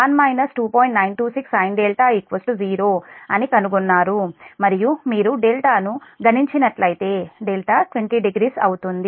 926 sin 0అని కనుగొన్నారు మరియు మీరు δ ను గణించినట్లయితే δ 200 అవుతుంది